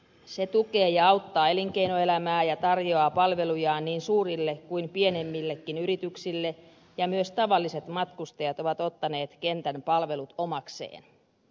se tukee ja auttaa elinkeinoelämää ja tarjoaa palvelujaan niin suurille kuin pienemmillekin yrityksille ja myös tavalliset matkustajat ovat ottaneet kentän palvelut omakseen